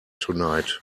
tonight